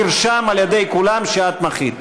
נרשם על-ידי כולם שאת מחית.